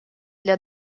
для